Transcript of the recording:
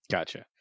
Gotcha